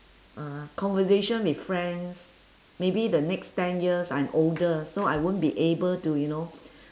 uh conversation with friends maybe the next ten years I'm older so I won't be able to you know